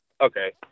Okay